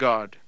God